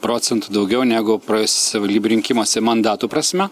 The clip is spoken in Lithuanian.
procentų daugiau negu praėjusiuose savivaldybių rinkimuose mandatų prasme